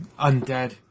undead